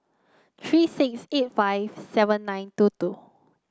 three six eight five seven nine two two